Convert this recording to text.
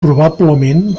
probablement